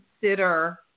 consider